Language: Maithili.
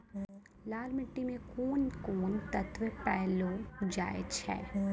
लाल मिट्टी मे कोंन कोंन तत्व पैलो जाय छै?